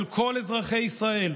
של כל אזרחי ישראל,